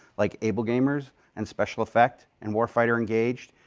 like able gamers and special effect and warfighter engaged,